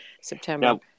September